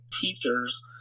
teachers